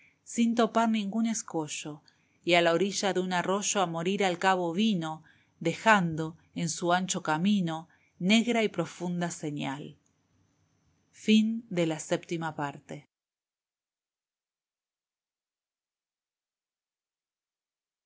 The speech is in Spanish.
sin topar ningún escollo y a la orilla de un arroyo a morir al cabo vino dejando en su ancho camino negra y profunda señal octava parte